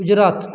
Gujarat